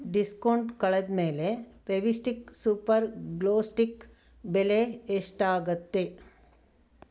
discount ಕಳೆದ್ಮೇಲೆ Fevistik super glue stick ಬೆಲೆ ಎಷ್ಟಾಗತ್ತೆ